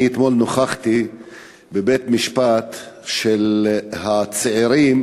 אתמול נכחתי בבית-משפט במשפט של הצעירים